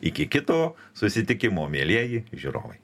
iki kito susitikimo mielieji žiūrovai